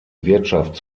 wirtschaft